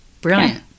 Brilliant